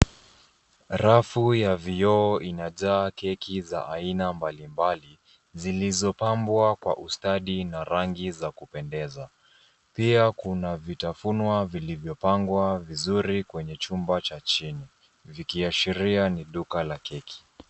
Rafu ya vioo inajaa keki za aina mbalimbali, zilizopambwa kwa ustadi na rangi za kupendeza. Pia kuna vitafunwa vilivyopangwa vizuri kwenye chumba cha chini, ikiashiria ni duka la keki.